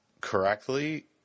correctly